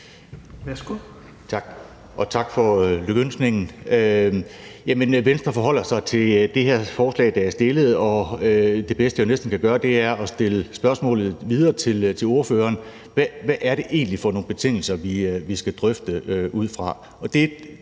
tak for lykønskningen. Venstre forholder sig til det forslag, der her er fremsat, og det bedste, jeg jo næsten kan gøre, er at stille spørgsmålet videre til ordføreren: Hvad er det egentlig for nogle betingelser vi skal drøfte ud fra?